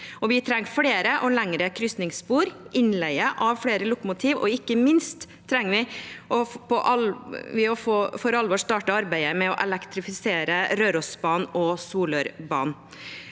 Vi trenger flere og lengre krysningsspor, innleie av flere lokomotiv, og ikke minst trenger vi for alvor å starte arbeidet med å elektrifisere Rørosbanen og Solørbanen.